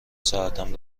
ساعتم